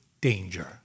danger